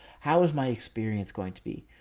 how was my experience going to be?